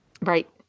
Right